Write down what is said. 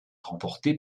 remportée